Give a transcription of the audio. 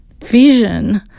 vision